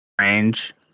range